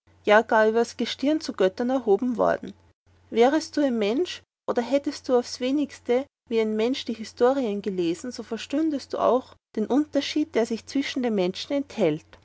ja gar übers gestirn zu göttern erhoben worden wärest du ein mensch oder hättest aufs wenigste wie ein mensch die historien gelesen so verstündest du auch den unterscheid der sich zwischen den menschen enthält